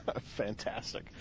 Fantastic